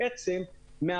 בעצם,